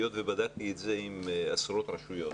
היות ובדקתי את זה עם עשרות רשויות.